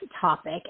topic